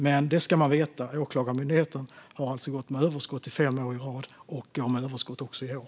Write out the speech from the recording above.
Men Åklagarmyndigheten har som sagt gått med överskott fem år i rad och även i år.